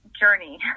journey